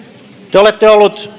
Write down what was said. te olette olleet